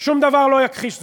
שום דבר לא יכחיש זאת,